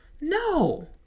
No